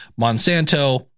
Monsanto